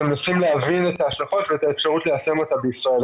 מנסים להבין את ההשלכות ואת האפשרות ליישם אותה בישראל.